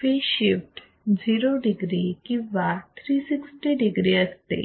phase shift 0 degree किंवा 360 degree असते